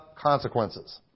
consequences